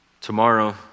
Tomorrow